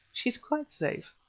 she is quite safe.